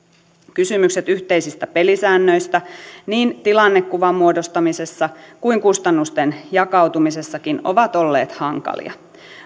kysymykset yhteisistä pelisäännöistä niin tilannekuvan muodostamisessa kuin kustannusten jakautumisessakin ovat olleet hankalia